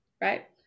right